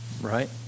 right